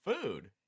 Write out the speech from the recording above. food